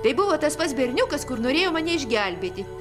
tai buvo tas pats berniukas kur norėjo mane išgelbėti